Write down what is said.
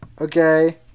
Okay